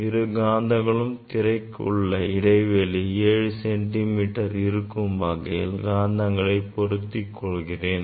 இரு காந்தங்களுக்கும் திரைக்கும் உள்ள இடைவெளி 7 சென்டிமீட்டர் இருக்கும் வகையில் காந்தங்களை பொருத்திக் கொள்கிறேன்